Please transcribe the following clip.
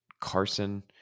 Carson